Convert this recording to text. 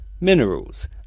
minerals